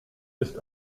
ist